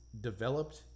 developed